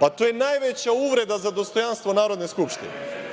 Pa, to je najveća uvreda za dostojanstvo Narodne skupštine. Moram